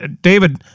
David